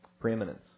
preeminence